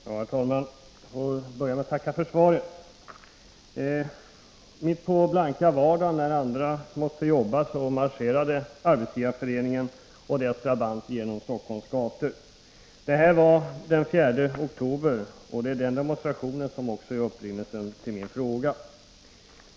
Herr talman! Jag får börja med att tacka för svaret. Mitt på blanka vardagen när andra måste jobba, marscherade Arbetsgivareföreningen och dess drabanter genom Stockholms gator. Detta var den 4 oktober, och det är den demonstrationen som är upprinnelsen till min fråga.